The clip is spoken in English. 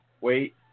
Wait